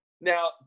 now